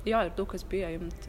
jo ir daug kas bijo imt